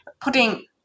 putting